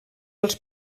els